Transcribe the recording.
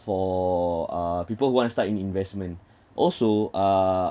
for uh people who want start in investment also uh